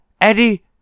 Eddie